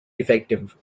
defective